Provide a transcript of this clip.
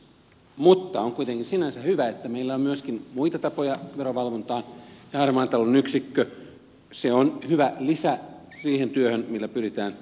mutta on kuitenkin sinänsä hyvä että meillä on myöskin muita tapoja verovalvontaan ja harmaan talouden yksikkö on hyvä lisä siihen työhön jolla pyritään verokuuliaisuutta kasvattamaan